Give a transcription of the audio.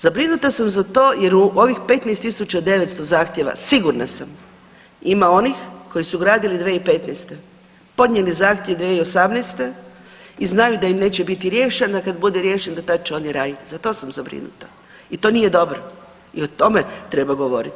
Zabrinuta sam za to jer u ovih 15.900 zahtjeva sigurna sam ima onih koji su gradili 2015., podnijeli zahtjev 2018. i znaju da će im biti riješen, a kad bude riješen do tad će oni radit, za to sam zabrinuta i to nije dobro i o tome treba govorit.